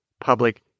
public